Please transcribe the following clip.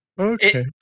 Okay